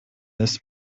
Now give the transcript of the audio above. this